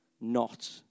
not-